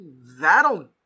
that'll